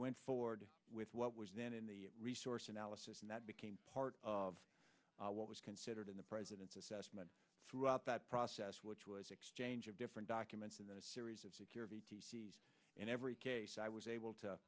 went forward with what was then in the resource analysis and that became part of what was considered in the president's assessment throughout that process which was exchange of different documents in a series of security in every case i was able to